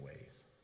ways